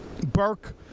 Burke